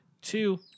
Two